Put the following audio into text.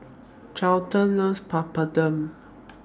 Charlton loves Papadum